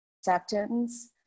acceptance